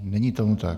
Není tomu tak.